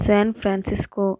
San Francisco